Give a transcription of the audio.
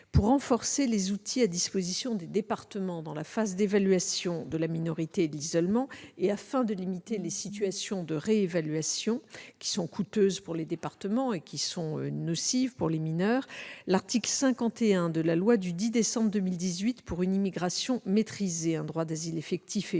Pour renforcer les outils à disposition des départements dans la phase d'évaluation de la minorité et de l'isolement, et afin de limiter les situations de réévaluation, qui sont coûteuses pour les départements et qui sont nocives pour les mineurs, l'article 51 de la loi du 10 décembre 2018 pour une immigration maîtrisée, un droit d'asile effectif et une